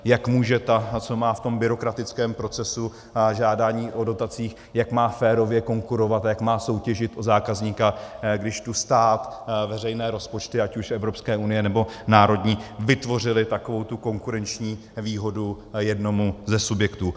Jak může ta, co má v tom byrokratickém procesu žádání o dotacích, jak má férově konkurovat a jak má soutěžit o zákazníka, když tu stát, veřejné rozpočty, ať už Evropské unie, nebo národní, vytvořily takovouto konkurenční výhodu jednomu ze subjektů?